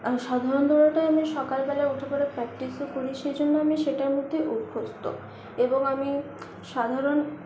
আর সাধারণ দৌড়ানোটাই আমি সকালবেলা উঠে পড়ে প্র্যাকটিসও করি সেইজন্য আমি সেটার মধ্যেই অভ্যস্ত এবং আমি সাধারণ